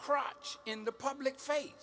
crotch in the public face